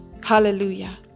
Hallelujah